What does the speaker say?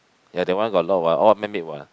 ya that one got a lot what all man made what